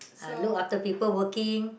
uh look after people working